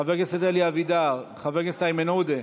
חבר הכנסת אלי אבידר, חבר הכנסת איימן עודה,